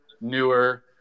newer